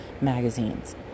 magazines